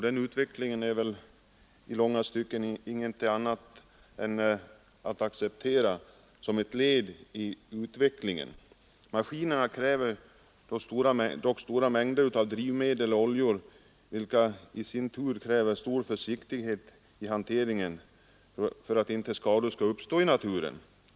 Detta får man väl i stort sett acceptera som ett led i utvecklingen. Maskinerna kräver dock stora mängder av drivmedel och oljor, vilka i sin tur kräver stor försiktighet vid hanteringen för att inte skador skall uppstå i naturen.